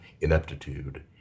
ineptitude